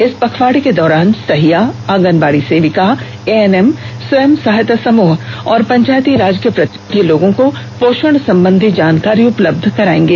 इस पखवाड़े के दौरान सहिया आंगनबाड़ी सेविका एएनएम स्वयं सहायता समूह और पंचायती राज के प्रतिनिधि लोगों को पोषण संबंधी जानकारी उपलब्ध कराएंगे